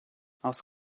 aus